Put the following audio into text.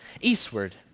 eastward